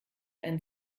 ein